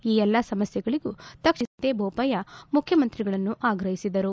ಈ ಎಲ್ಲಾ ಸಮಸ್ಥೆಗಳಿಗೂ ತಕ್ಷಣ ಸ್ಪಂದಿಸುವಂತೆ ಬೋಪಯ್ಡ ಮುಖ್ಯಮಂತ್ರಿಗಳನ್ನು ಆಗ್ರಹಿಸಿದರು